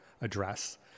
address